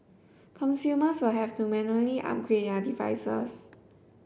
consumers will have to manually upgrade their devices